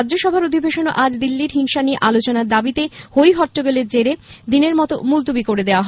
রাজ্যসভার অধিবেশনও আজ দিল্লির হিংসা নিয়ে আলোচনার দাবিতে হৈ হট্টগোলের জেরে দিনের মতো মুলতুবি করে দেওয়া হয়